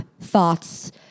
thoughts